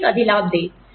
उन्हें एक अधिलाभ दें